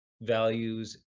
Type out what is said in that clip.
values